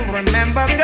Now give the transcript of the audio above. remember